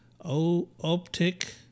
Optic